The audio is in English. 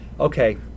Okay